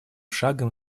шагом